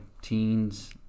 teens